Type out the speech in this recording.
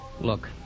Look